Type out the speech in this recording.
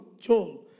Joel